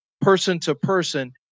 person-to-person